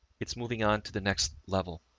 it's moving on to the next level,